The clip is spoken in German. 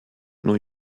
new